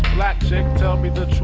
black chick. tell me the